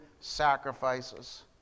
sacrifices